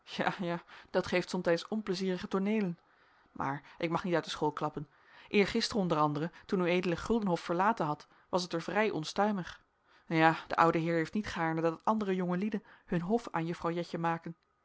dat geeft somtijds onpleizierige tooneelen maar ik mag niet uit de school klappen eergisteren onder anderen toen ued guldenhof verlaten hadt was het er vrij onstuimig ja de oude heer heeft niet gaarne dat andere jongelieden hun hof aan juffrouw jetje maken